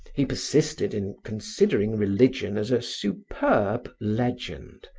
he persisted in considering religion as a superb legend,